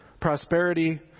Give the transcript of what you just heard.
Prosperity